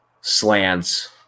slants